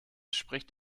spricht